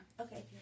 Okay